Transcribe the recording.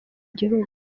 igihugu